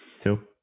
Two